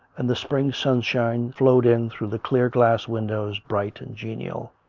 and the spring sunshine flowed in through the clear-glass windows, bright and genial.